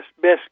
best